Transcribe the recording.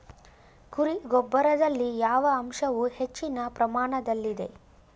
ಕುರಿ ಗೊಬ್ಬರದಲ್ಲಿ ಯಾವ ಅಂಶವು ಹೆಚ್ಚಿನ ಪ್ರಮಾಣದಲ್ಲಿದೆ?